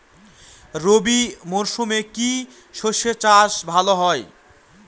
রবি মরশুমে কি সর্ষে চাষ ভালো হয়?